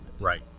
Right